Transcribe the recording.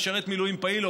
"משרת מילואים פעיל",